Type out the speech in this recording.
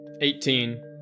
Eighteen